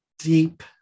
deep